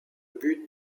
but